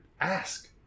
Ask